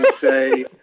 say